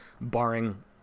barring